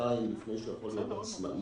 שנה-שנתיים לפני שהוא יכול להיות עצמאי.